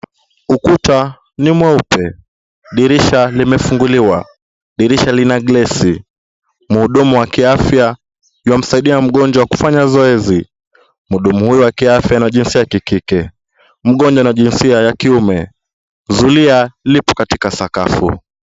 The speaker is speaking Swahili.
Ukuta ni mweupe. Dirisha limefunguliwa. Dirisha lina glasi. Mhudumu wa kiafya yuamsaidia mgonjwa kufanya zoezi. Mhudumu huyo wa kiafya ni wa jinsia ya kike. Mgonjwa ni wa jinsia ya kiume. Zulia liko katika sakafu.